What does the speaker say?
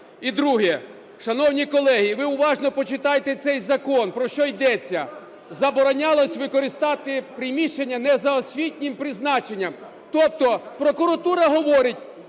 І друге. Шановні колеги, ви уважно почитайте цей закон, про що йдеться. Заборонялось використовувати приміщення не за освітнім призначенням. Тобто прокуратура говорить: